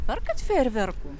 perkat fejerverkų